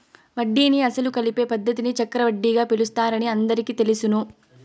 వడ్డీని అసలు కలిపే పద్ధతిని చక్రవడ్డీగా పిలుస్తారని అందరికీ తెలుసును